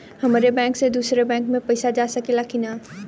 हमारे बैंक से दूसरा बैंक में पैसा जा सकेला की ना?